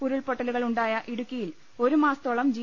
ഉരുൾപൊട്ട ലുകൾ ഉണ്ടായ ഇടുക്കിയിൽ ഒരു മാസത്തോളം ജി